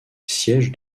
siège